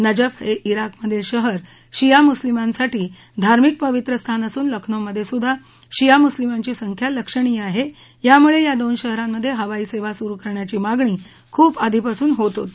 नजफ हे जोकमधील शहर शिया मुस्लीमांसाठी धार्मिक पवित्र स्थान असून लखनौमधे सुद्धा शिया मुस्लीमांची संख्या लक्षणीय आहे त्यामुळे या दोन शहरामध्ये हवाई सेवा सुरु करण्याची मागणी खूप आधिपासून होत होती